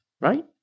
right